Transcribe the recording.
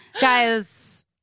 guys